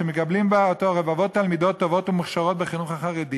שמקבלות אותו רבבות תלמידות טובות ומוכשרות בחינוך החרדי